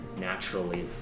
naturally